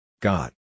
God